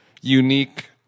unique